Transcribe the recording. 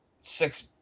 six